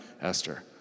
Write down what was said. Esther